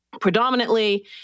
predominantly